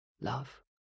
love